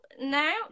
now